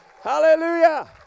Hallelujah